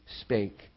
spake